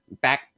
back